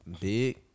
big